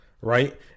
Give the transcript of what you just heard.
right